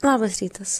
labas rytas